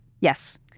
Yes